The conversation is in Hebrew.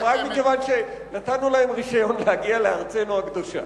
רק מכיוון שנתנו להם רשיון להגיע לארצנו הקדושה.